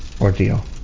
ordeal